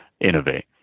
innovate